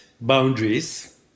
boundaries